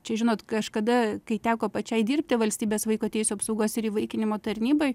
čia žinot kažkada kai teko pačiai dirbti valstybės vaiko teisių apsaugos ir įvaikinimo tarnybai